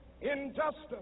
injustice